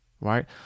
right